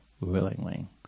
willingly